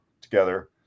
together